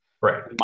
Right